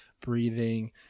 breathing